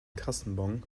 kassenbon